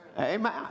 Amen